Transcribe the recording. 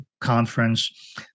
conference